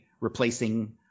replacing